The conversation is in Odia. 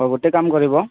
ହଉ ଗୋଟେ କାମ କରିବ